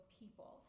people